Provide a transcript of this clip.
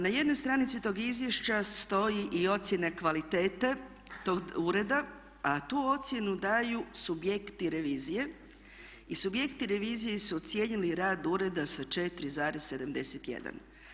Na jednoj stranici tog izvješća stoji i ocjena kvalitete tog ureda a tu ocjenu daju subjekti revizije i subjekti revizije su ocijenili rad ureda sa 4,71.